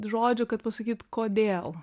žodžių kad pasakyt kodėl